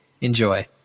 Enjoy